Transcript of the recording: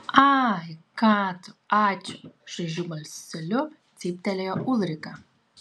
ai ką tu ačiū šaižiu balseliu cyptelėjo ulrika